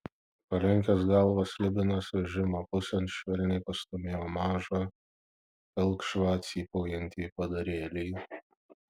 palenkęs galvą slibinas vežimo pusėn švelniai pastūmėjo mažą pilkšvą cypaujantį padarėlį